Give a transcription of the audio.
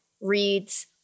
reads